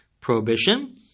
prohibition